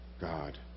God